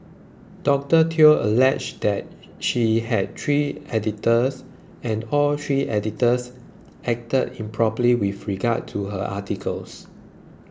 Doctor Teo alleged that she had three editors and all three editors acted improperly with regard to her articles